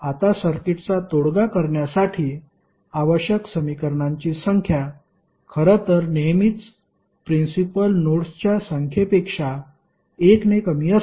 आता सर्किटचा तोडगा करण्यासाठी आवश्यक समीकरणांची संख्या खरं तर नेहमीच प्रिन्सिपल नोड्सच्या संख्येपेक्षा 1 ने कमी असते